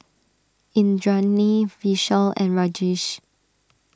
Indranee Vishal and Rajesh